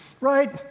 right